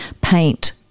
paint